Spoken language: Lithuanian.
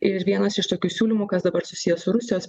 ir vienas iš tokių siūlymų kas dabar susiję su rusijos